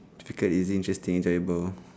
typical is it interesting enjoyable